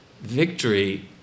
victory